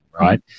Right